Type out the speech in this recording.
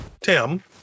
tim